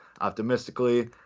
optimistically